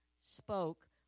spoke